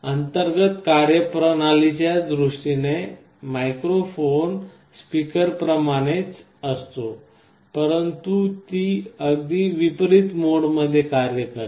अंतर्गत कार्यप्रणालीच्या दृष्टीने मायक्रो फोन स्पीकरप्रमाणेच असते परंतु ती अगदी विपरित मोडमध्ये कार्य करते